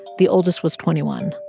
the oldest was twenty one.